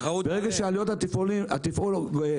ברגע שעלויות התפעול עולות,